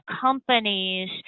companies